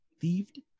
thieved